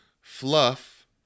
fluff